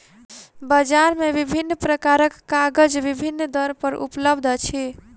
बजार मे विभिन्न प्रकारक कागज विभिन्न दर पर उपलब्ध अछि